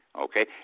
okay